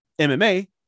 MMA